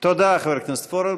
תודה, חבר הכנסת פורר.